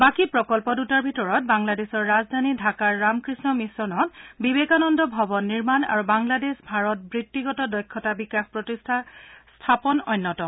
বাকী প্ৰকল্প দুটাৰ ভিতৰত বাংলাদেশৰ ৰাজধানী ঢাকাৰ ৰামকৃষ্ণ মিছনত বিবেকানন্দ ভৱন নিৰ্মাণ আৰু বাংলাদেশ ভাৰত বৃত্তিগত দক্ষতা বিকাশ প্ৰতিষ্ঠান স্থাপন অন্যতম